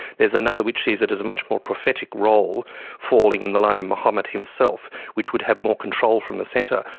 there's another which sees it as a much more prophetic role falling in the line of muhammad himself which would have more control from the centre.